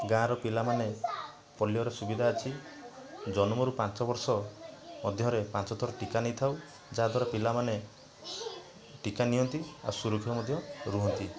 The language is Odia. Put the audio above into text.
ଗାଁର ପିଲାମାନେ ପୋଲିଓର ସୁବିଧା ଅଛି ଜନ୍ମରୁ ପାଞ୍ଚବର୍ଷ ମଧ୍ୟରେ ପାଞ୍ଚଥର ଟିକା ନେଇଥାଉ ଯାହାଦ୍ୱାରା ପିଲାମାନେ ଟିକା ନିଅନ୍ତି ଆଉ ସୁରକ୍ଷିତ ମଧ୍ୟ ରୁହନ୍ତି